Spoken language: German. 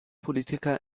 politiker